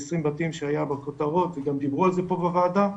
20 בתים שהיה בכותרות וגם דיברו על זה פה בוועדה,